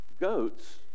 goats